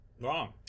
Wrong